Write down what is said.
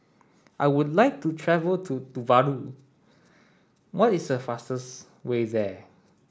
I would like to travel to Tuvalu what is the fastest way there